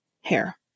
hair